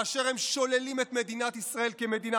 באשר הם שוללים את מדינת ישראל כמדינה